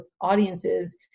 audiences